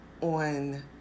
on